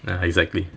ya exactly